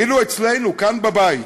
ואילו אצלנו כאן בבית